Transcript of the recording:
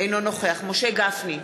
אינו נוכח משה גפני,